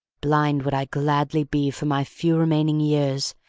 blind would i gladly be for my few remaining years,